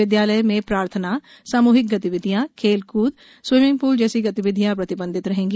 विद्यालय में प्रार्थनाए सामूहिक गतिविधियांए खेलकूदए स्विमिंग पूल जैसी गतिविधियां प्रतिबंधित रहेंगी